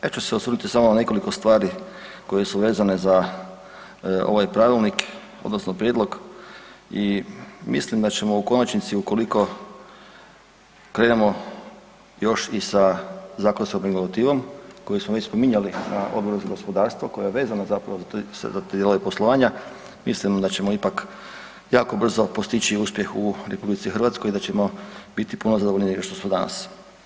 Ja ću se osvrnuti samo na nekoliko stvari koje su vezane za ovaj pravilnik odnosno prijedlog i mislim da ćemo u konačnici ukoliko krenemo još i sa zakonskom regulativom koju smo već spominjali na Odboru za gospodarstvo koja je vezana zapravo za taj dio poslovanja, mislim da ćemo ipak jako brzo postići uspjeh u Republici Hrvatskoj i da ćemo biti puno zadovoljniji nego što smo danas.